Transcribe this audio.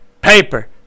paper